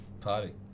party